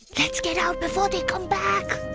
let's get out before they come back!